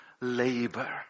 labor